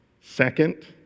Second